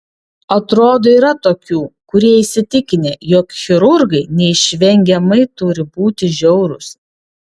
atrodo yra tokių kurie įsitikinę jog chirurgai neišvengiamai turi būti žiaurūs